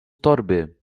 torby